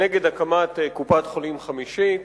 נגד הקמת קופת-חולים חמישית.